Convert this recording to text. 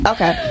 Okay